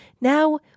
Now